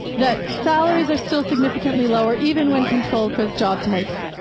that salaries are still significantly lower, even when controlled for job types,